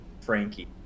Frankie